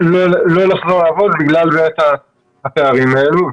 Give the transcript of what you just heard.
לא לחזור לעבודה בגלל בעיית הפערים האלו.